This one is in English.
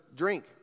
Drink